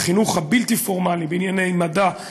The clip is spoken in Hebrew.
החינוך הבלתי-פורמלי בענייני מדע,